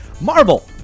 Marvel